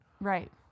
Right